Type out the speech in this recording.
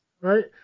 Right